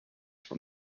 from